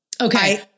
Okay